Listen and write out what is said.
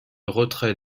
retrait